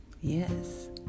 yes